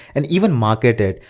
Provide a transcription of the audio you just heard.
and even market it.